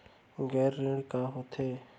गैर ऋण का होथे?